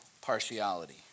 partiality